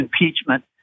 impeachment